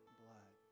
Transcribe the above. blood